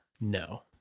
No